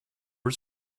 was